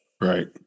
Right